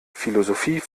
philosophie